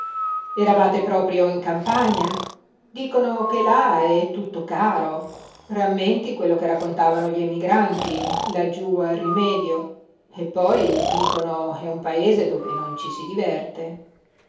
eravate proprio in campagna dicono che là è tutto caro rammenti quello che raccontavano gli emigranti laggiú al rimedio eppoi dicono è un paese dove non ci si diverte